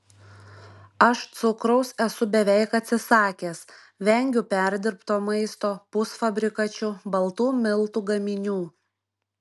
aš cukraus esu beveik atsisakęs vengiu perdirbto maisto pusfabrikačių baltų miltų gaminių